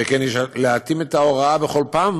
שכן יש להתאים את ההוראה בכל פעם